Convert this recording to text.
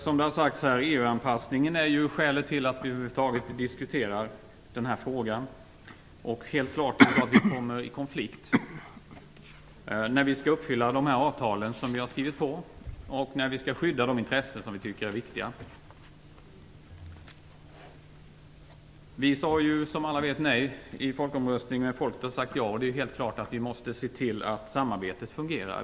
Som det har sagts är EU-anpassningen skälet till att vi över huvud taget diskuterar denna fråga. Helt klart kommer vi i konflikt när vi skall uppfylla de avtal som vi skrivit på och när vi skall skydda de intressen som vi tycker är viktiga. Alla vet att vi sade nej i folkomröstningen, men svenska folket sade ja. Då måste vi se till att samarbetet fungerar.